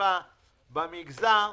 תעסוקה במגזר,